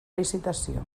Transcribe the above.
licitació